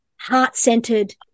heart-centered